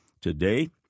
Today